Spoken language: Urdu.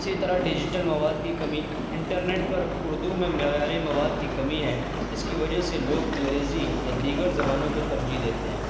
اسی طرح ڈیجیٹل مواد کی کمی انٹرنیٹ پر اردو میں معیاری مواد کی کمی ہے جس کی وجہ سے لوگ انگریزی یا دیگر زبانوں کو ترجیح دیتے ہیں